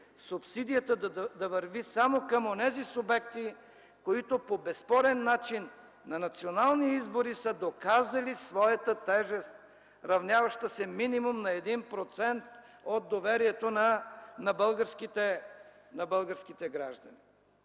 субсидията да върви само към онези субекти, които по безспорен начин на национални избори са доказали своята тежест, равняваща се минимум на 1% от доверието на българските граждани.